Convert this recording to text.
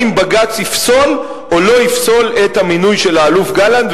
בג"ץ יפסול או לא יפסול את המינוי של האלוף גלנט.